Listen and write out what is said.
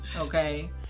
okay